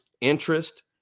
interest